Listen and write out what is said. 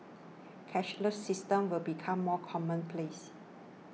cashless systems will become more commonplace